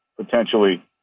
potentially –